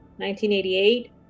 1988